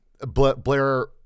Blair